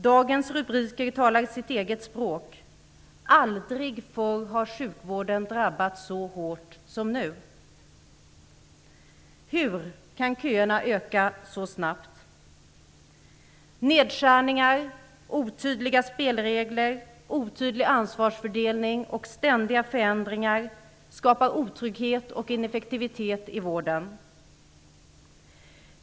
Dagens rubriker talar sitt eget språk: Aldrig förr har sjukvården drabbats så hårt som nu. Hur kan köerna öka så snabbt? Nedskärningar, otydliga spelregler, otydlig ansvarsfördelning och ständiga förändringar skapar otrygghet och ineffektivitet i vården.